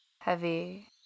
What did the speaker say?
Heavy